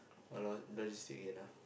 walao logistic again ah